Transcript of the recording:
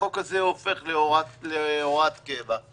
החוק הזה הופך להוראת קבע.